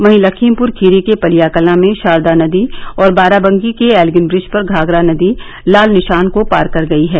वहीं लखीमपुर खीरी के पलिया कला में ाारदा नदी और बाराबंकी के एल्ग्रिन ब्रिज पर घाघरा नदी लाल निशान को पार कर गयी है